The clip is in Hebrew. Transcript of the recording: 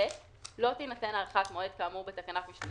(ב)לא תינתן הארכת מועד כאמור בתקנת משנה